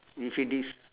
if it is